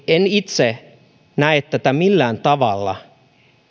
en itse näe tätä millään tavalla